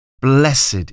Blessed